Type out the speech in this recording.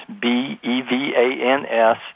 B-E-V-A-N-S